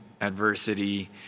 adversity